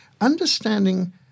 understanding